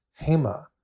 hema